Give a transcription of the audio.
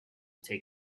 take